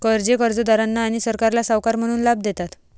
कर्जे कर्जदारांना आणि सरकारला सावकार म्हणून लाभ देतात